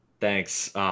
thanks